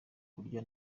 burya